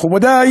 מכובדי,